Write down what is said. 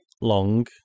long